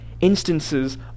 instances